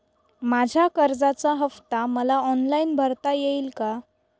माझ्या कर्जाचा हफ्ता मला ऑनलाईन भरता येईल का?